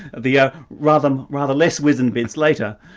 the ah rather rather less-wizened bit later,